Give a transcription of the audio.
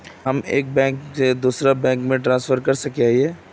हम एक बैंक से दूसरा बैंक में ट्रांसफर कर सके हिये?